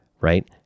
right